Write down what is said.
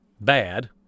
bad